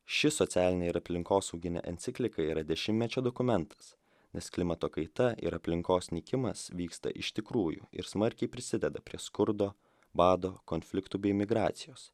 ši socialinė ir aplinkosauginė enciklika yra dešimtmečio dokumentas nes klimato kaita ir aplinkos nykimas vyksta iš tikrųjų ir smarkiai prisideda prie skurdo bado konfliktų bei imigracijos